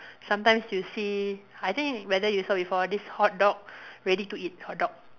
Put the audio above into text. sometime you see I think whether you saw before this hot dog ready to eat hot dog